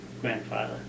grandfather